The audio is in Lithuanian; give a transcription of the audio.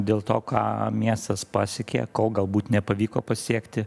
dėl to ką miestas pasiekė ko galbūt nepavyko pasiekti